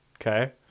okay